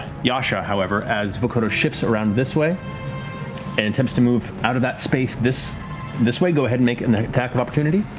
yasha, however, as vokodo shifts around this way and attempts to move out of that space this this way, go ahead and make an attack of opportunity.